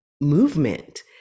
movement